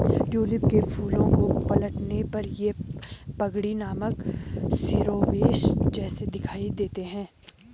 tulip के फूलों को पलटने पर ये पगड़ी नामक शिरोवेश जैसे दिखाई देते हैं